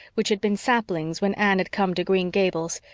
which had been saplings when anne had come to green gables,